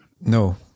No